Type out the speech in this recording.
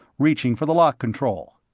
reaching for the lock control.